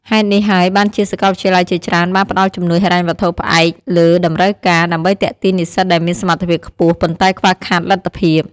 ហេតុនេះហើយបានជាសាកលវិទ្យាល័យជាច្រើនបានផ្ដល់ជំនួយហិរញ្ញវត្ថុផ្អែកលើតម្រូវការ ដើម្បីទាក់ទាញនិស្សិតដែលមានសមត្ថភាពខ្ពស់ ប៉ុន្តែខ្វះខាតលទ្ធភាព។